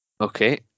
Okay